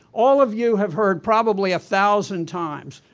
all of you have heard, probably a thousand times,